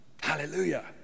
Hallelujah